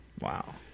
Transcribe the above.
Wow